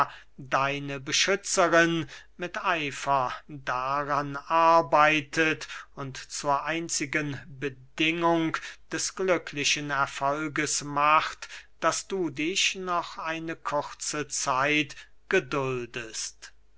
deine beschützerin mit eifer daran arbeitet und zur einzigen bedingung des glücklichen erfolges macht daß du dich noch eine kurze zeit geduldest